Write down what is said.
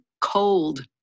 cold